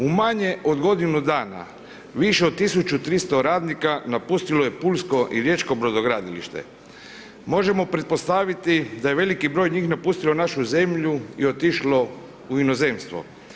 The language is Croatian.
U manje od godine dana, više od 1300 radnika napustilo je Pulsko i Riječko Brodogradilište, možemo pretpostaviti da je veliki broj njih napustilo našu zemlju i otišlo u inozemstvo.